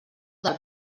del